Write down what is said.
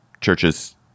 churches